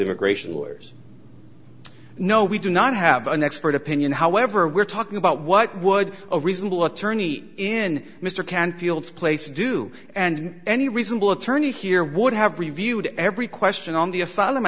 immigration lawyers no we do not have an expert opinion however we're talking about what would a reasonable attorney in mr canfield place do and any reasonable attorney here would have reviewed every question on the asylum